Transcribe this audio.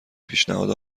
پیشنهاد